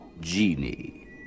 genie